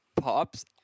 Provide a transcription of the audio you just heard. pops